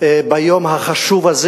ביום החשוב הזה.